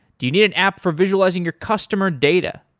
do you need an app for visualizing your customer data?